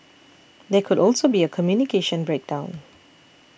there could also be a communication breakdown